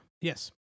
yes